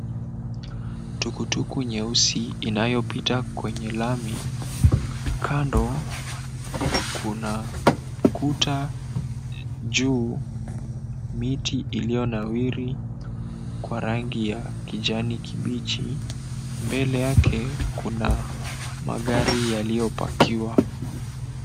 Tukutuku nyeusi inayopita kwenye lami, kando kuna kuta juu, miti iliyonawiri kwa rangi ya kijani kibichi, mbele yake kuna magari yaliyo pakiwa.